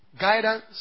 Guidance